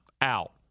Out